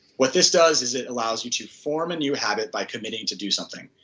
what this does is it allows you to form a new habit by committing to do something.